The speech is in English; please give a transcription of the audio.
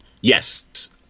Yes